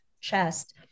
chest